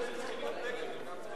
של שר האוצר לסעיף 4 נתקבלה.